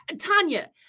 Tanya